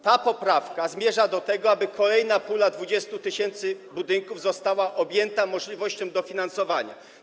Ta poprawka zmierza do tego, aby kolejna pula 20 tys. budynków została objęta możliwością dofinansowania.